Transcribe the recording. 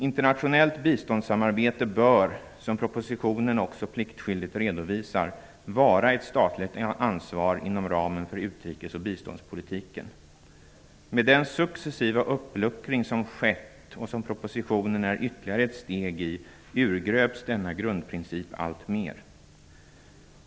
Internationellt biståndssamarbete bör, som propositionen också pliktskyldigt redovisar, vara ett statligt ansvar inom ramen för utrikes och biståndspolitiken. Med den successiva uppluckring som skett, och som propositionen är ytterligare ett steg i, urgröps denna grundprincip alltmer.